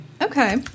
Okay